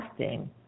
testing